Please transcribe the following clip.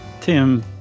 Tim